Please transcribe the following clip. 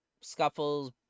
scuffles